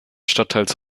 stadtteils